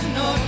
no